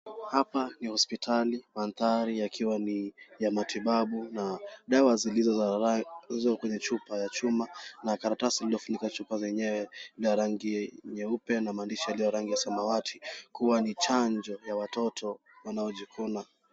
Hapa ni hospitali ,mandhari yakiwa ni ya matibabu, na dawa zilizo kwenye chupa ya chuma na karatasi iliyofunika chupa zenyewe ni ya rangi nyeupe na maandishi yaliyo rangi ya samawati kuwa ni chanjo ya watoto wanaojikuna.